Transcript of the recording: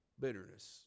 bitterness